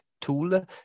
tool